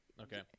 Okay